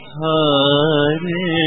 Hare